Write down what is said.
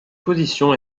position